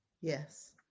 Yes